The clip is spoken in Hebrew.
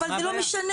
אבל לא משנה.